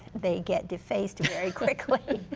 they get defaced very quickly.